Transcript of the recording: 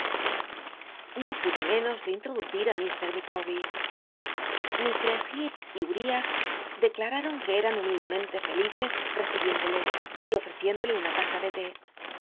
no pude menos de introducir á mr micawber lfistress becp y uriah declararon que eran hwnildemellte felices recibiéndole y ofj eciéndole una taza de té